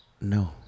no